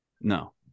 No